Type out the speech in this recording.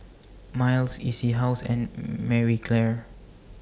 Miles E C House and Marie Claire